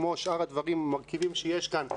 כמו שאר הדברים והמרכיבים שיש כאן,